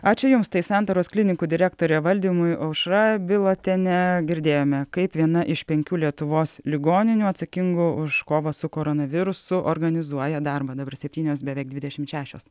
ačiū jums tai santaros klinikų direktorė valdymui aušra bilotienė girdėjome kaip viena iš penkių lietuvos ligoninių atsakingų už kovą su koronavirusu organizuoja darbą dabar septynios beveik dvidešimt šešios